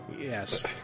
Yes